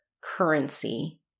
currency